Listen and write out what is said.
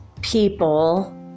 people